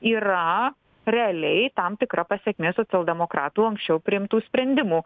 yra realiai tam tikra pasekmė socialdemokratų anksčiau priimtų sprendimų